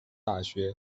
大学